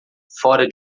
fora